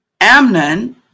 Amnon